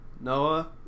Noah